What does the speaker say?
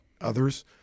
others